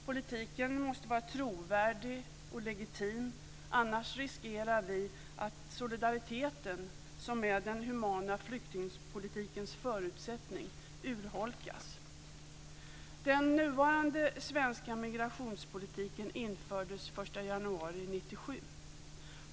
Politiken måste vara trovärdig och legitim annars riskerar vi att solidariteten, som är den humana flyktingpolitikens förutsättning, urholkas. Den nuvarande svenska migrationspolitiken infördes den 1 januari 1997.